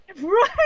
right